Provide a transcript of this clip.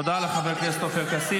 תודה לחבר הכנסת עופר כסיף.